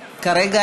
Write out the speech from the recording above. ראשונה.